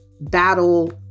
battle